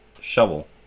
shovel